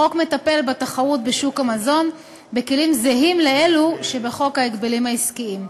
החוק מטפל בתחרות בשוק המזון בכלים זהים לאלה שבחוק ההגבלים העסקיים.